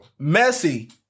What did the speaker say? Messi